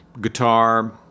guitar